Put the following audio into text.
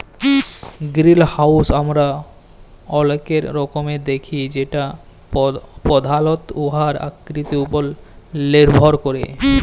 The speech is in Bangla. গিরিলহাউস আমরা অলেক রকমের দ্যাখি যেট পধালত উয়ার আকৃতির উপর লির্ভর ক্যরে